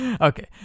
Okay